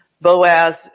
Boaz